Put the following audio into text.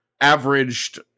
averaged